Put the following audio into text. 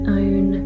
own